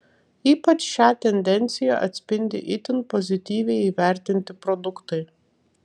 ypač šią tendenciją atspindi itin pozityviai įvertinti produktai